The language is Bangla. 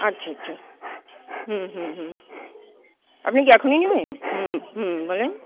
আচ্ছা আচ্ছা হুম হুম হুম আপনি কি এখনই নেবেন হুম হুম বলেন